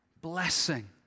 Blessing